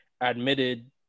admitted